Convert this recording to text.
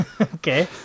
Okay